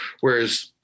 whereas